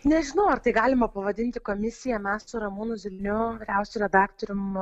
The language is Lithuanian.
nežinau ar tai galima pavadinti komisija mes su ramūnu zilniu vyriausiu redaktorium